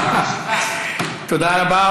תודה רבה.